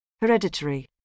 Hereditary